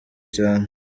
cyane